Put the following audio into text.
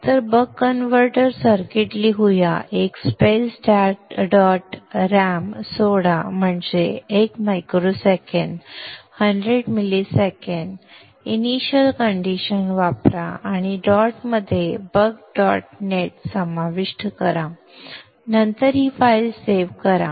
तर buck converter circuit लिहूया एक स्पेस डॉट रॅम सोडा म्हणजे 1 micro second 100 ms initial condition वापरा आणि डॉटमध्ये बक डॉट नेट समाविष्ट करा नंतर ही फाईल सेव्ह करा